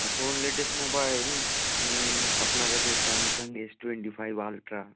এখন latest mobile আপনার আছে Samsung S twenty five ultra